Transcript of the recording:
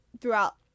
throughout